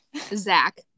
Zach